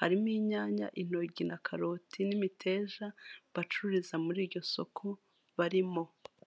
harimo: inyanya, intogi na karoti n'imiteja bacururiza muri iryo soko barimo.